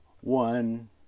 one